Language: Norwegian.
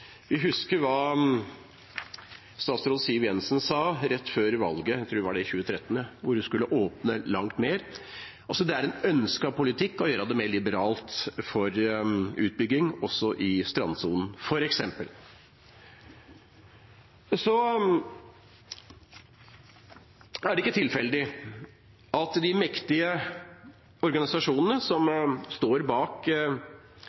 Vi husker hva statsråd Siv Jensen sa rett før valget, jeg tror det var i 2013, hvor hun skulle åpne opp for langt mer. Det er en ønsket politikk å gjøre det mer liberalt for utbygging, også i strandsonen. Så er det ikke tilfeldig at de mektige organisasjonene som